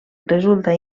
resulta